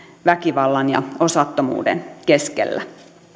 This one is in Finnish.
väkivallan ja osattomuuden keskellä